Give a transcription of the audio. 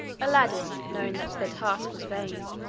aladdin, knowing that their task was vain,